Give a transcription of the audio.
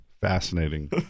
Fascinating